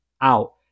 out